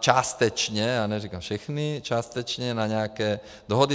částečně, neříkám všechny, na nějaké dohody.